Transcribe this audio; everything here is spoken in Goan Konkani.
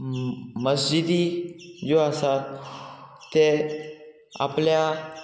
म मस्जिदी ज्यो आसात ते आपल्या